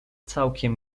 całkiem